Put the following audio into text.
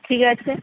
ঠিক আছে